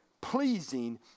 pleasing